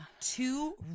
two